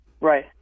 Right